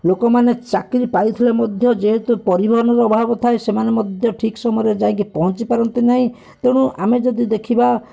ଲୋକମାନେ ଚାକିରୀ ପାଇଥିଲେ ମଧ୍ୟ ଯେହେତୁ ପରିବହନର ଅଭାବ ଥାଏ ସେମାନେ ମଧ୍ୟ ଠିକ୍ ସମୟରେ ଯାଇକି ପହଞ୍ଚିପାରନ୍ତି ନାହିଁ ତେଣୁ ଆମେ ଯଦି ଦେଖିବା